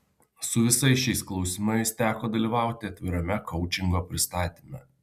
su visais šiais klausimais teko dalyvauti atvirame koučingo pristatyme